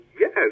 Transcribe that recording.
Yes